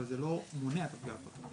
אבל זה לא מונע את הפגיעה בפרטיות.